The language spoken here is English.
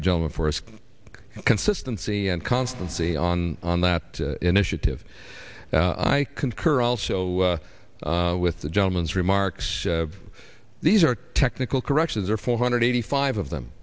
the gentleman for us consistency and constancy on on that initiative i concur also with the gentleman's remarks these are technical corrections or four hundred eighty five of them